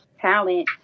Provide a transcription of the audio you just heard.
talent